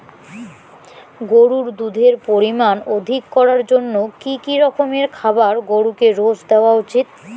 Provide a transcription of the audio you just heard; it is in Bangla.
গরুর দুধের পরিমান অধিক করার জন্য কি কি রকমের খাবার গরুকে রোজ দেওয়া উচিৎ?